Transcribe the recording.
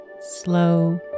slow